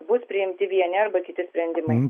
bus priimti vieni arba kiti sprendimai